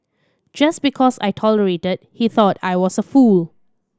just because I tolerated he thought I was a fool